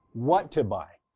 what to buy.